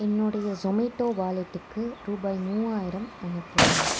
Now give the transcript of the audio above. என்னுடைய ஜொமேட்டோ வாலெட்டுக்கு ரூபாய் மூவாயிரம் அனுப்பவும்